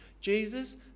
Jesus